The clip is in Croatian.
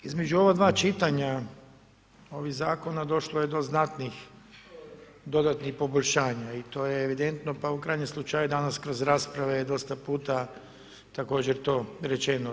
Između ova 2 čitanja ovih zakona, došlo je do znatnih dodatnih poboljšanja i to je evidentno, pa i u krajnjem slučaju, danas kroz rasprave, dosta puta također to rečeno.